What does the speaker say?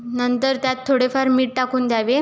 नंतर त्यात थोडेफार मीठ टाकून द्यावे